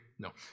No